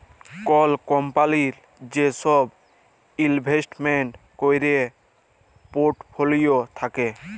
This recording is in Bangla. কল কম্পলির যে সব ইলভেস্টমেন্ট ক্যরের পর্টফোলিও থাক্যে